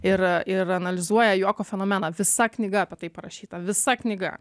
ir ir analizuoja juoko fenomeną visa knyga apie tai parašyta visa knyga